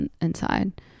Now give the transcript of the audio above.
inside